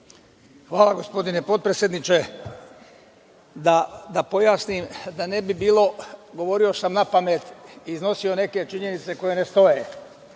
Hvala, gospodine potpredsedniče. Da pojasnim, da ne bi bilo da sam govorio napamet, iznosio neke činjenice koje ne stoje.